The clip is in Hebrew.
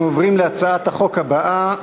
אנחנו עוברים להצעת החוק הבאה,